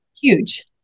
huge